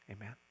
amen